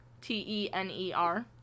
t-e-n-e-r